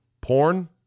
Porn